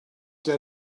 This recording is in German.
der